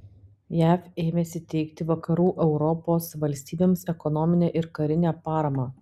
jav ėmėsi teikti vakarų europos valstybėms ekonominę ir karinę paramą